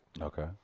okay